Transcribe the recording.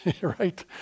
right